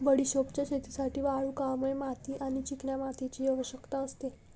बडिशोपच्या शेतीसाठी वालुकामय माती आणि चिकन्या मातीची आवश्यकता असते